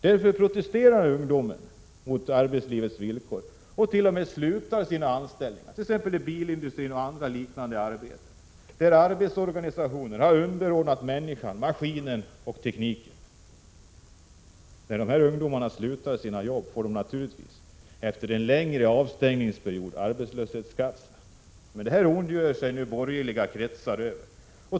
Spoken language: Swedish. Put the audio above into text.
Därför protesterar ungdomarna mot arbetslivets villkor och t.o.m. slutar sina anställningar, t.ex. i bilindustrin och andra liknande där människan genom arbetsorganisationen har underordnats maskinen och tekniken. När de här ungdomarna slutar sina jobb får de naturligtvis, efter en längre avstängningsperiod, arbetslöshetsersättning. Detta ondgör sig nu borgerliga kretsar över.